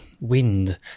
wind